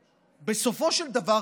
ובסופו של דבר,